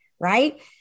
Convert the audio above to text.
right